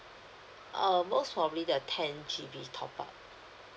err most probably the ten G_B top up